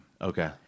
Okay